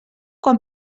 quan